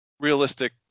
Realistic